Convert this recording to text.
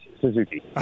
Suzuki